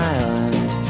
Island